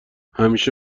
همیشه